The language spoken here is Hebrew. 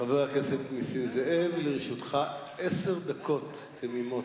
חבר הכנסת נסים זאב, לרשותך עשר דקות תמימות.